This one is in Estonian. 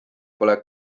pole